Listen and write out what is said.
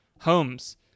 homes